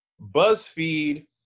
BuzzFeed